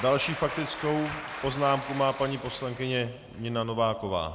Další faktickou poznámku má paní poslankyně Nina Nováková.